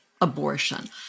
abortion